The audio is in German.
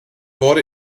wurde